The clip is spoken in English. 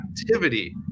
activity